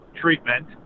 treatment